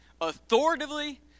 Authoritatively